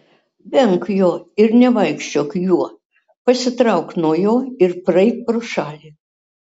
venk jo ir nevaikščiok juo pasitrauk nuo jo ir praeik pro šalį